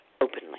openly